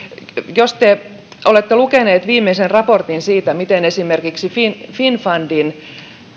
jos olette lukenut viimeisen raportin siitä miten esimerkiksi finnfundin finnfundin